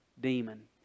demon